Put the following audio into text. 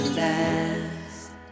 last